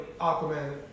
Aquaman